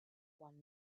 one